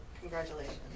Congratulations